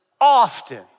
often